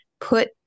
put